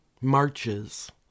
Marches